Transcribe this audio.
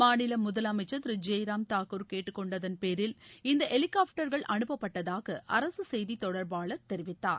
மாநில முதலமைச்சர் திரு ஜெய் ராம் தாக்கூர் கேட்டுக்கொண்டதன் பேரில் இந்த ஹெலிகாப்டர்கள் அனுப்பப்பட்டதாக அரசு செய்தித் தொடர்பாளர் தெரிவித்தார்